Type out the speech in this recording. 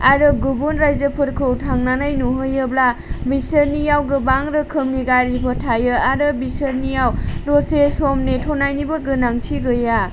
आरो गुबुन रायजोफोरखौ थांनानै नुहैयोब्ला बिसोरनियाव गोबां रोखोमनि गारिफोर थायो आरो बिसोरनियाव दसे सम नेथ'नायनिबो गोनांथि गैया